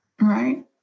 Right